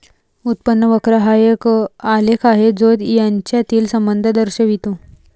उत्पन्न वक्र हा एक आलेख आहे जो यांच्यातील संबंध दर्शवितो